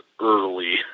early